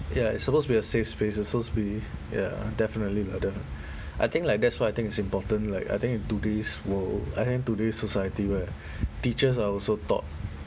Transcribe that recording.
ya it's supposed to be a safe space it's supposed to be ya definitely like that I think like that's what I think is important like I think in today's world I meant today's society where teachers are also taught